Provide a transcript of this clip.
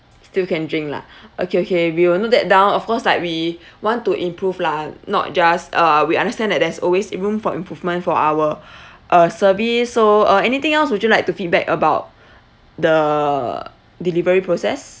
still can drink lah okay okay we will note that down of course like we want to improve lah not just uh we understand that there's always room for improvement for our uh service so uh anything else would you like to feedback about the delivery process